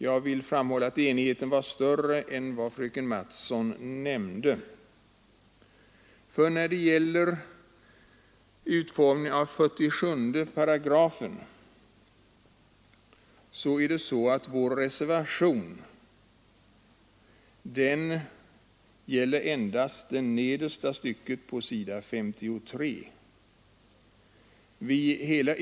Jag vill dock framhålla att enigheten var ännu större än vad fröken Mattson nämnde, för i vad avser utformningen av 47 § gäller moderaternas reservation endast det nedersta stycket på s. 53 i betänkandet.